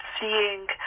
seeing